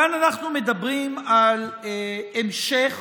כאן אנחנו מדברים על המשך